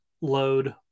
load